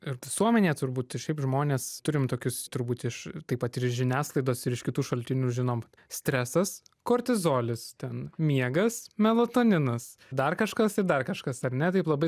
ir visuomenėje turbūt ir šiaip žmonės turim tokius turbūt iš taip pat ir iš žiniasklaidos ir iš kitų šaltinių žinom stresas kortizolis ten miegas melatoninas dar kažkas ir dar kažkas ar ne taip labai